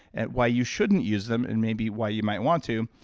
and why you shouldn't use them, and maybe why you might want to,